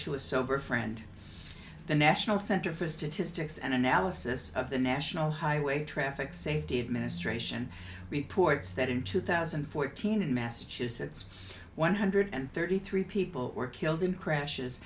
to a sober friend the national center for statistics and analysis of the national highway traffic safety administration reports that in two thousand and fourteen in massachusetts one hundred thirty three people were killed in crashes